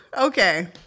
Okay